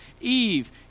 Eve